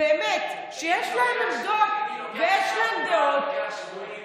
שיש להם עמדות ויש להם דעות, תגידי "בני ערובה".